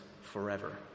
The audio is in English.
forever